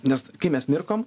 nes kai mes mirkom